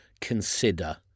consider